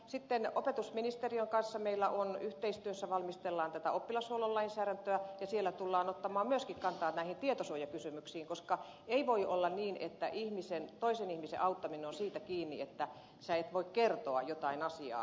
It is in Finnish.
sitten opetusministeriön kanssa yhteistyössä valmistellaan oppilashuollon lainsäädäntöä ja siellä tullaan ottamaan myöskin kantaa näihin tietosuojakysymyksiin koska ei voi olla niin että toisen ihmisen auttaminen on siitä kiinni että sinä et voi kertoa jotain asiaa